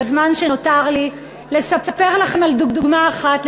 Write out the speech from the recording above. בזמן שנותר לי אני רוצה לספר לכם על דוגמה אחת,